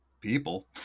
people